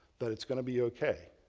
that it's going to be ok.